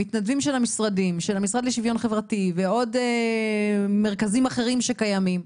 המתנדבים של המשרד לשיווין חברתי ועוד מרכזים אחרים שקיימים,